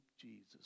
Jesus